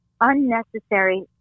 unnecessary